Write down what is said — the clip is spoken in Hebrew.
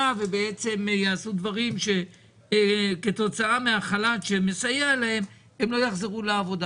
ובעצם יעשו דברים שכתוצאה מהחל"ת שמסייע להם הם לא יחזרו לעבודה.